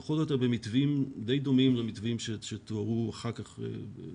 פחות או יותר במתווים די דומים למתווים שתוארו כעבור